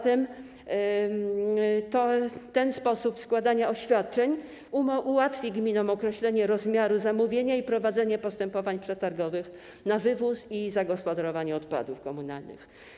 Ten sposób składania oświadczeń ułatwi zatem gminom określenie rozmiaru zamówienia i prowadzenie postępowań przetargowych na wywóz i zagospodarowanie odpadów komunalnych.